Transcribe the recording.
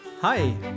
Hi